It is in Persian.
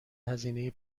هزینه